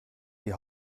die